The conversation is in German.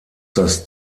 das